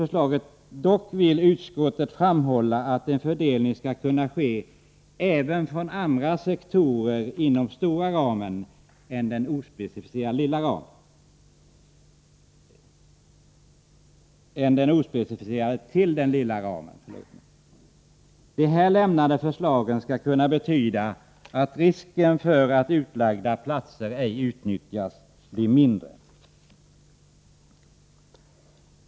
Utskottet vill dock framhålla att fördelning skall kunna ske även från andra sektorer än den ospecificerade inom den stora ramen till den lilla ramen. De här lämnade förslagen skall kunna betyda att risken för att utlagda platser ej utnyttjas blir mindre.